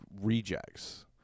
rejects